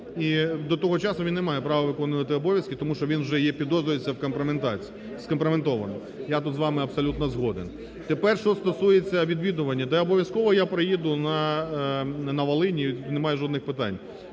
до того часу він не має права виконувати обов'язки, тому що він вже є… підозрюється в компрометації… скомпрометований. Я тут з вами абсолютно згоден. Тепер що стосується відвідування. Я обов'язково приїду на Волинь, немає жодних питань.